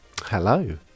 Hello